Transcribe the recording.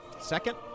Second